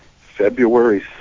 February